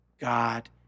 God